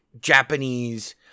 Japanese